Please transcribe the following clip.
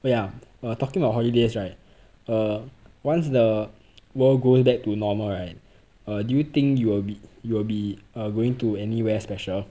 oh ya talking about holidays right err once the world go back to normal right err do you think you'll be you'll be err going to anywhere special